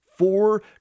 Four